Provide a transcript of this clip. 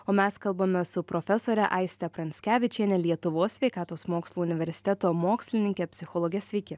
o mes kalbamės su profesore aiste pranckevičiene lietuvos sveikatos mokslų universiteto mokslininke psichologe sveiki